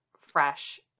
fresh